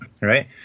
right